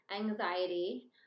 anxiety